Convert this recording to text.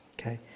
Okay